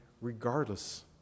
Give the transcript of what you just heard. regardless